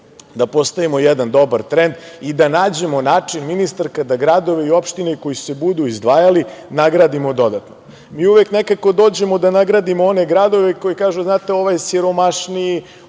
da postavimo jedan dobar trend i da nađemo način ministarka da gradove i opštine koji se budu izdvajali nagradimo dodatno. Mi uvek nekako dođemo da nagradimo one gradovi koji kažu – znate, ovaj siromašniji,